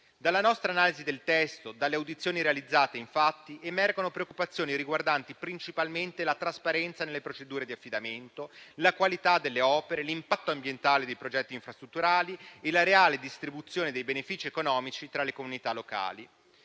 Dalla nostra analisi del testo e dalle audizioni realizzate emergono infatti preoccupazioni riguardanti principalmente la trasparenza nelle procedure di affidamento, la qualità delle opere, l'impatto ambientale dei progetti infrastrutturali e la reale distribuzione dei benefici economici tra le comunità locali.